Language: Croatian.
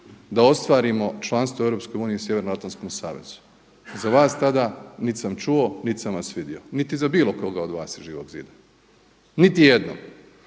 da ostvarimo članstvu u EU i Sjevernoatlantskom savezu. Za vas tada nit sam čuo, nit sam vas vidio, niti za bilo koga od vas iz Živog zida, nit jednog.